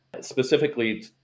Specifically